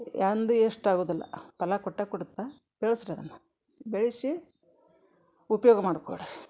ಎಂದೂ ಯೇಶ್ಟ್ ಆಗೋದಿಲ್ಲ ಫಲ ಕೊಟ್ಟೇ ಕೊಡುತ್ತೆ ಬೆಳೆಸ್ರಿ ಅದನ್ನು ಬೆಳೆಸಿ ಉಪಯೋಗ ಮಾಡಿಕೊಳ್ರಿ